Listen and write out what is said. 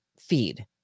feed